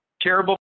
Terrible